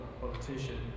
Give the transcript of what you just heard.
politician